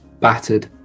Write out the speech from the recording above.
battered